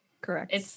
Correct